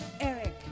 Eric